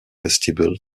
vestibule